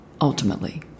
ultimately